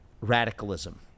radicalism